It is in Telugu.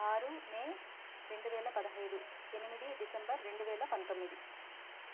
ఆరు మే రెండు వేల పదహైదు ఎనిమిది డిసెంబర్ రెండు వేల పంతొమ్మిది